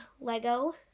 Lego